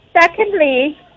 Secondly